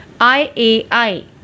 IAI